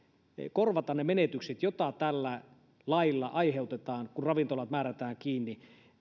korvata ne menetykset joita tällä lailla aiheutetaan ravintolatoimialalle kun ravintolat määrätään kiinni